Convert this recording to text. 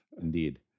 indeed